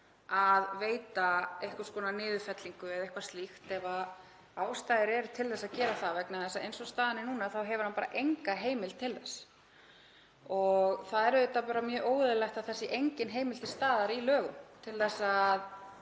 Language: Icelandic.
að veita einhvers konar niðurfellingu eða eitthvað slíkt ef ástæða er til að gera það vegna þess að eins og staðan er núna þá hefur hann bara enga heimild til þess. Það er auðvitað bara mjög óeðlilegt að það sé engin heimild til staðar í lögum til að